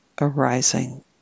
arising